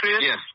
Yes